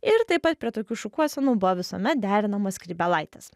ir taip pat prie tokių šukuosenų buvo visuomet derinamos skrybėlaitės